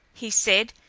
he said,